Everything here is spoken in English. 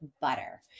butter